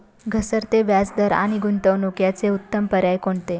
घसरते व्याजदर आणि गुंतवणूक याचे उत्तम पर्याय कोणते?